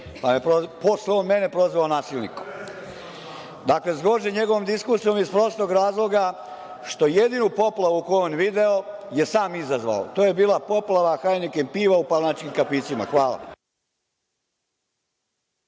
a posle je on mene prozvao nasilnikom. Dakle, zgrožen sam njegovom diskusijom iz prostog razloga što jedinu poplavu koju je on video je sam izazvao, a to je bila poplava „Hajneken“ piva u palanačkim kafićima. Hvala.